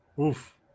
Oof